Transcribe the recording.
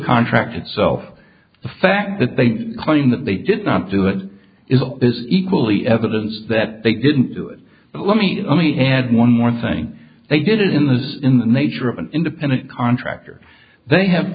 contract itself the fact that they claim that they did not do it is all this equally evidence that they didn't do it but let me know me had one more thing they did in this in the nature of an independent contractor they have